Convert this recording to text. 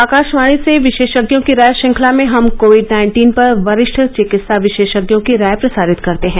आकाशवाणी से विशेषज्ञों की राय श्रृंखला में हम कोविड नाइन्टीन पर वरिष्ठ चिकित्सा विशेषज्ञों की राय प्रसारित करते हैं